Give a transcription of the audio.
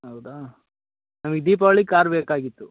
ಹೌದಾ ನಮಗೆ ದೀಪಾವಳಿಗೆ ಕಾರ್ ಬೇಕಾಗಿತ್ತು